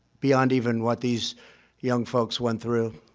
beyond even what these young folks went through.